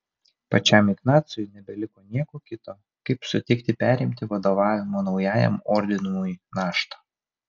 pačiam ignacui nebeliko nieko kito kaip sutikti perimti vadovavimo naujajam ordinui naštą